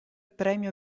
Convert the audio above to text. premio